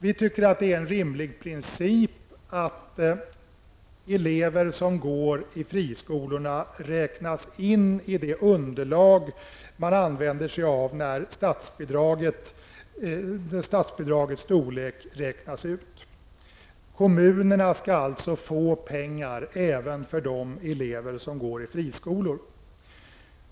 Vi tycker att det är en rimlig princip att de elever som går i friskolorna räknas in i det underlag man använder sig av när statsbidragets storlek räknas ut. Kommunerna skall alltså även få pengar för de elever som går i friskolor.